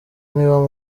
niba